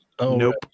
Nope